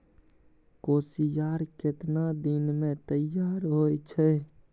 कोसियार केतना दिन मे तैयार हौय छै?